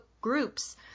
groups